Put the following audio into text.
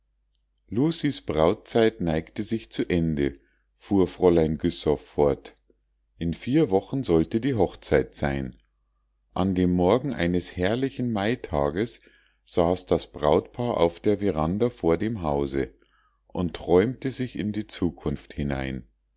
lucies brautzeit neigte sich zu ende fuhr fräulein güssow fort in vier wochen sollte die hochzeit sein an dem morgen eines herrlichen maitages saß das brautpaar auf der veranda vor dem hause und träumte sich in die zukunft hinein